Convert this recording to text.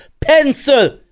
Pencil